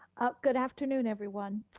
good afternoon, everyone.